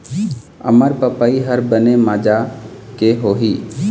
अरमपपई हर बने माजा के होही?